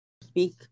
speak